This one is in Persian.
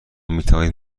میتوانید